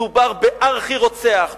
מדובר בארכי-רוצח,